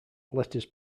letters